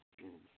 हूं